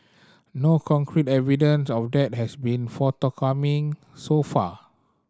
no concrete evidence of that has been forthcoming so far